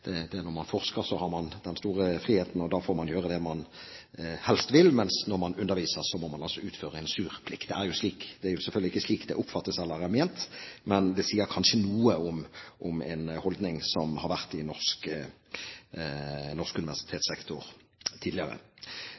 man helst vil, mens når man underviser, må man utføre en sur plikt. Det er jo selvfølgelig ikke slik det oppfattes eller er ment, men det sier kanskje noe om en holdning som har vært i norsk universitetssektor tidligere.